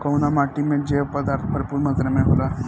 कउना माटी मे जैव पदार्थ भरपूर मात्रा में होला?